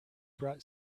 brought